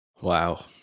Wow